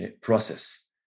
process